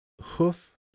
hoof